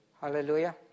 Hallelujah